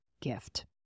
gift